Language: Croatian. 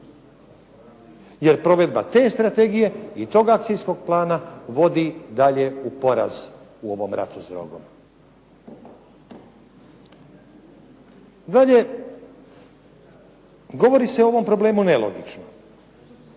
Jer provedba te strategije i tog akcijskog plana vodi dalje u poraz u ovom ratu s drogom. Dalje, govori se o ovom problemu nelogično